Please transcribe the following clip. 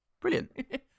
brilliant